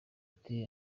ati